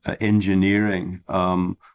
engineering